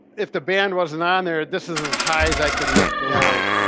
if the band wasn't on there. this is as high as i could lift the leg.